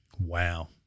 Wow